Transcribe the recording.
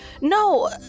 No